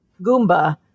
goomba